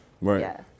right